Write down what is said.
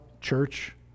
church